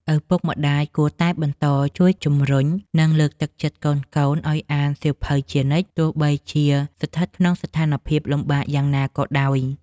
ឪពុកម្តាយគួរតែបន្តជួយជំរុញ និងលើកទឹកចិត្តកូនៗឱ្យអានសៀវភៅជានិច្ច ទោះបីជាស្ថិតក្នុងស្ថានភាពលំបាកយ៉ាងណាក៏ដោយ។